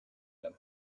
them